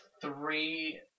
three